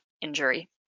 injury